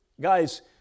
Guys